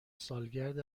سالگرد